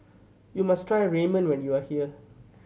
you must try Ramen when you are here